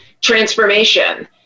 transformation